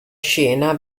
scena